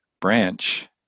branch